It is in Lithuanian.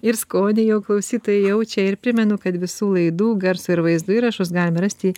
ir skonį jo klausytojai jaučia ir primenu kad visų laidų garso ir vaizdo įrašus galime rasti